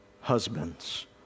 husbands